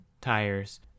tires